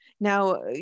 Now